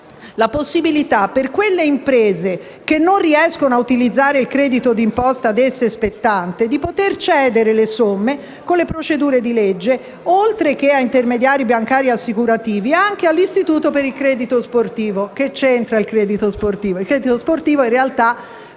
la possibilità per quelle imprese che non riescono a utilizzare il credito di imposta ad esse spettante di poter cedere le somme, secondo le procedure di legge, oltre che a intermediari bancari e assicurativi, anche all'Istituto per il credito sportivo. Che c'entra il credito sportivo? L'Istituto per il credito sportivo